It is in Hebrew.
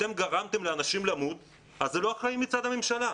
אתם גרמתם לאנשים למות זה פשוט לא אחראי מצד הממשלה.